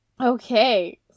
okay